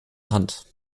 hand